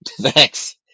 Thanks